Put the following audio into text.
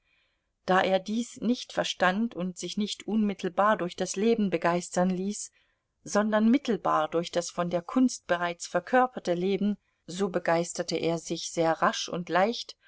da er dies nicht verstand und sich nicht unmittelbar durch das leben begeistern ließ sondern mittelbar durch das von der kunst bereits verkörperte leben so begeisterte er sich sehr rasch und leicht